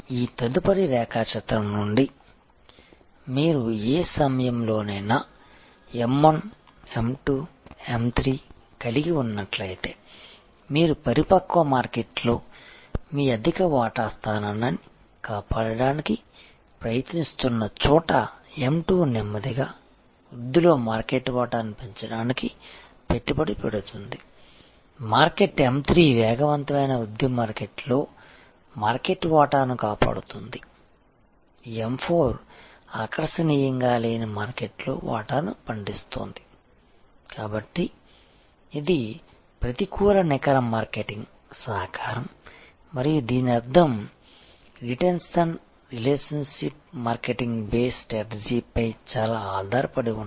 ఈ తదుపరి రేఖాచిత్రం నుండి మీరు ఏ సమయంలోనైనా M1 M2 M3 కలిగి ఉన్నట్లయితే మీరు పరిపక్వ మార్కెట్లో మీ అధిక వాటా స్థానాన్ని కాపాడటానికి ప్రయత్నిస్తున్న చోట M2 నెమ్మదిగా వృద్ధిలో మార్కెట్ వాటాను పెంచడానికి పెట్టుబడి పెడుతుంది మార్కెట్ M3 వేగవంతమైన వృద్ధి మార్కెట్లో మార్కెట్ వాటాను కాపాడుతుంది M4 ఆకర్షణీయంగా లేని మార్కెట్లో వాటాను పండిస్తోంది కాబట్టి ఇది ప్రతికూల నికర మార్కెటింగ్ సహకారం మరియు దీనర్థం రిటెన్షన్ రిలేషన్షిప్ మార్కెటింగ్ బేస్ స్ట్రాటజీపై చాలా ఆధారపడి ఉంటాయి